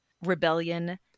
rebellion